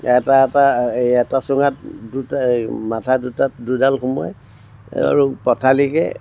এটা এটা এই এটা চুঙাত দুটা এই মাথা দুটাত দুডাল সোমোৱাই আৰু পথালিকৈ